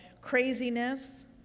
craziness